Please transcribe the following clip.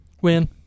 Win